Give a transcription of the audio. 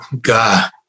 God